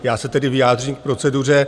Já se tedy vyjádřím k proceduře.